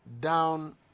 Down